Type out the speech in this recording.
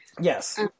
Yes